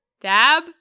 Dab